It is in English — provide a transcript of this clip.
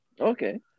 Okay